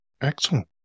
Excellent